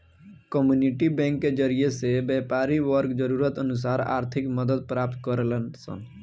community bank के जरिए से व्यापारी वर्ग जरूरत अनुसार आर्थिक मदद प्राप्त करेलन सन